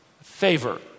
favor